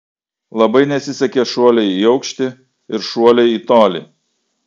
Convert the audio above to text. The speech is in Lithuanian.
labai nesisekė šuoliai į aukštį ir šuoliai į tolį